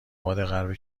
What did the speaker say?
آبادغرب